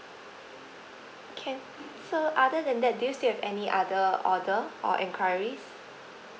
can so other than that do you still have any other order or enquiries